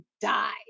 die